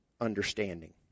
understanding